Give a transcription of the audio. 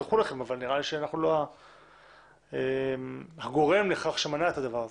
שהובטחו לכם אבל נראה לי שאנחנו לא הגורם לכך שמנע את הדבר הזה.